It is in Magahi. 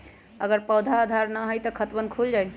अगर आधार न होई त खातवन खुल जाई?